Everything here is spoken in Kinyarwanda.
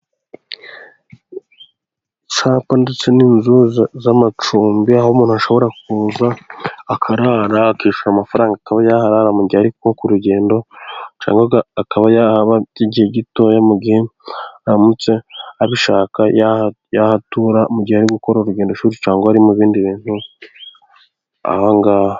Icyapa ndetse n'inzu z'amacumbi aho umuntu ashobora kuza akarara akishyura amafaranga, akaba yaharara mu gihe ari nko ku rugendo cyangwa akaba yahaba by' igihe gitoya mu gihe aramutse abishaka, yahatura mu gihe ari gukora urugendo shuri cyangwa ari mu bindi bintu aha ngaha.